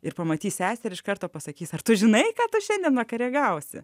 ir pamatys sesę ir iš karto pasakys ar tu žinai ką tu šiandien vakare gausi